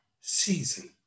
season